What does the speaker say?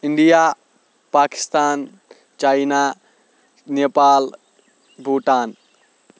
India Pakistan China Nepal Bhutan